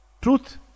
truth